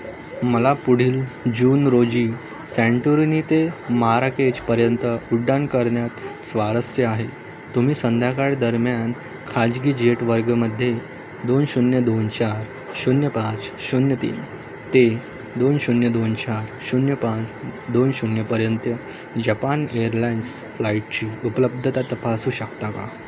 मला पुढील जून रोजी सॅनटुरनी येते माराकेजपर्यंत उड्डाण करण्यात स्वारस्य आहे तुम्ही संध्याकाळ दरम्यान खाजगी जेट वर्गमध्ये दोन शून्य दोन चार शून्य पाच शून्य तीन ते दोन शून्य दोन चार शून्य पाच दोन शून्यपर्यंत जपान एअरलाइन्स फ्लाईटची उपलब्धता तपासू शकता का